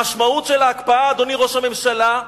המשמעות של ההקפאה, אדוני ראש הממשלה,